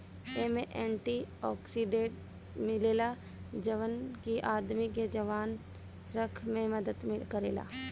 एमे antioxidant मिलेला जवन की आदमी के जवान रखे में मदद करेला